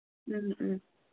ꯎꯝ ꯎꯝ